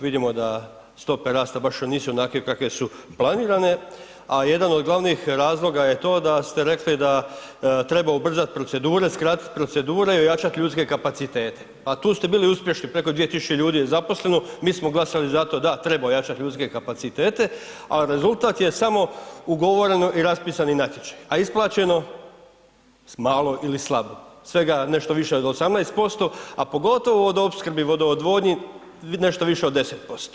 Vidimo da stope rasta baš nisu onakve kakve su planirane a jedan od glavnih razloga je to da ste rekli da treba ubrzat procedure, skratit procedure i ojačat ljudske kapacitete a tu ste bili uspješni, preko 2000 ljudi je zaposleno, mi smo glasali za to da treba ojačati ljudske kapacitete a rezultat je samo ugovoreni i raspisani natječaji a isplaćeno malo ili slabo, svega nešto više od 18% a pogotovo vodoopskrbi i vodoodvodnji, nešto više od 10%